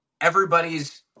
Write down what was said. everybody's